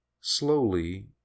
Slowly